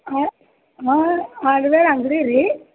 ಹಾಂ ಹಾಂ ಹಾರ್ಡ್ವೆರ್ ಅಂಗಡಿ ರೀ